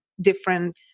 different